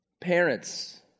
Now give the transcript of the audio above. Parents